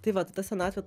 tai vat ta senatvė